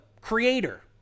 creator